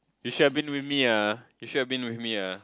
you should have been with me ah you should have been with me ah